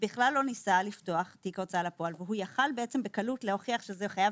בכלל לא ניסה לפתוח תיק הוצאה לפועל ויכול להוכיח בקלות שזה חייב